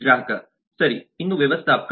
ಗ್ರಾಹಕ ಸರಿ ಇನ್ನು ವ್ಯವಸ್ಥಾಪಕ